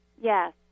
Yes